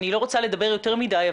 אני לא רוצה לדבר יותר מדי,